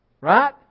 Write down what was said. Right